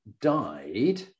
died